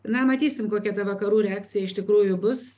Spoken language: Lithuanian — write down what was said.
na matysim kokia ta vakarų reakcija iš tikrųjų bus